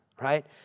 right